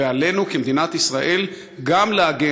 ועלינו כמדינת ישראל גם להגן,